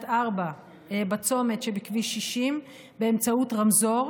ארבע בצומת שבכביש 60 באמצעות רמזור.